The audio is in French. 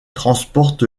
transporte